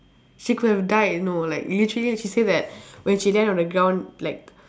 she could have died you know like literally she say that when she land on the ground like